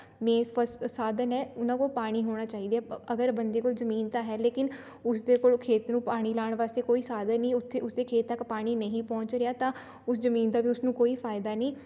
ਸਾਧਨ ਹੈ ਉਹਨਾਂ ਕੋਲ ਪਾਣੀ ਹੋਣਾ ਚਾਹੀਦੇ ਪ ਅਗਰ ਬੰਦੇ ਕੋਲ ਜ਼ਮੀਨ ਤਾਂ ਹੈ ਲੇਕਿਨ ਉਸਦੇ ਕੋਲ ਖੇਤ ਨੂੰ ਪਾਣੀ ਲਾਉਣ ਵਾਸਤੇ ਕੋਈ ਸਾਧਨ ਨਹੀਂ ਉੱਥੇ ਉਸਦੇ ਖੇਤ ਤੱਕ ਪਾਣੀ ਨਹੀਂ ਪਹੁੰਚ ਰਿਹਾ ਤਾਂ ਉਸ ਜ਼ਮੀਨ ਦਾ ਵੀ ਉਸ ਨੂੰ ਕੋਈ ਫਾਇਦਾ ਨਹੀਂ